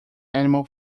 animal